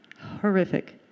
horrific